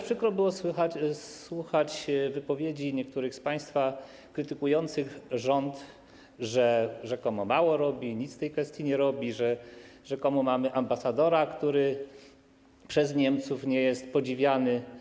Przykro było słuchać wypowiedzi niektórych z państwa krytykujących rząd, że rzekomo mało robi, nic w tej kwestii nie robi, że rzekomo mamy ambasadora, który przez Niemców nie jest podziwiany.